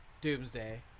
Doomsday